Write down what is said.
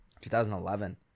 2011